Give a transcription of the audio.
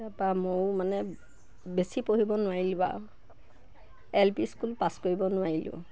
তাৰপৰা ময়ো মানে বেছি পঢ়িব নোৱাৰিলোঁ বাৰু এল পি স্কুল পাছ কৰিব নোৱাৰিলোঁ